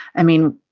i mean,